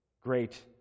great